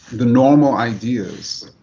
the normal ideas,